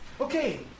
Okay